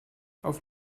auf